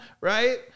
right